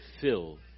filled